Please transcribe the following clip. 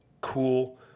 cool